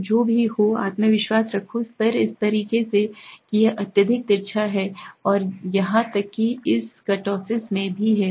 तो जो भी हो आत्मविश्वास रखो स्तर इस तरह से यह अत्यधिक तिरछा है और यहां तक कि इस कुर्तोसिस में भी है